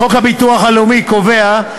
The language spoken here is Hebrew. חוק הביטוח הלאומי קובע,